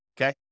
okay